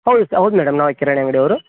ಹೌದು ಸ ಹೌದು ಮೇಡಮ್ ನಾವು ಕಿರಾಣಿ ಅಂಗಡಿಯವರು